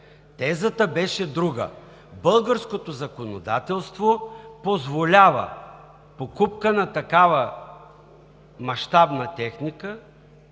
Тезата бе друга: българското законодателство позволява покупка на такава мащабна техника